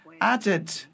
added